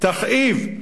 תכאיב,